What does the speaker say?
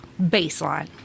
baseline